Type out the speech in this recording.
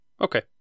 Okay